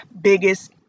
biggest